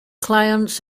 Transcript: clients